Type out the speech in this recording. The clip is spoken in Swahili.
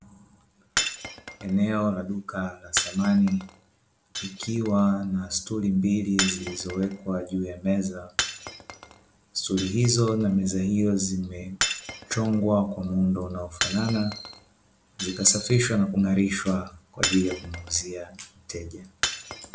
Eneo la duka la samani ikiwa na stuli mbili zilizowekwa juu ya meza, stuli hizo na meza hiyo zimechongwa kwa muundo unaofanana, zikasafishwa na kuimarishwa kwa ajili ya kumuuzia mteja.